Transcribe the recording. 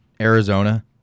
Arizona